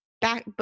back